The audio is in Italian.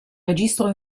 registro